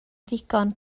ddigon